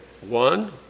one